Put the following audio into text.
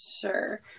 sure